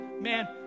man